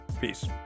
Peace